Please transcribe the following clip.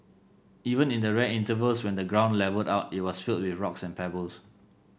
even in the rare intervals when the ground levelled out it was filled with rocks and pebbles